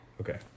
okay